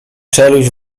czeluść